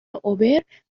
اوبر